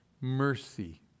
mercy